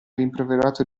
rimproverato